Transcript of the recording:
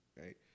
Right